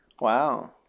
Wow